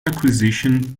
acquisition